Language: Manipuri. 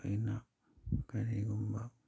ꯑꯩꯅ ꯀꯔꯤꯒꯨꯝꯕ